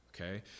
okay